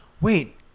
wait